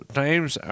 times